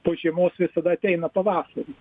po žiemos visada ateina pavasaris